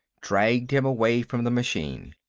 dragged him away from the machine.